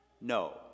No